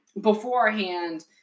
beforehand